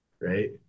right